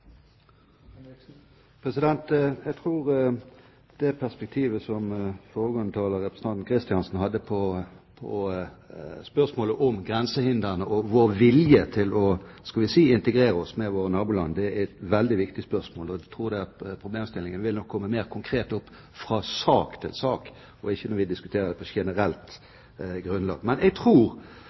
representanten Kristiansen, hadde på spørsmålet om grensehindrene og vår vilje til å – la meg si det slik – integrere oss med våre naboland, er veldig viktig. Jeg tror nok problemstillingen vil komme mer konkret opp fra sak til sak, og ikke når vi diskuterer det på generelt grunnlag. Men jeg tror,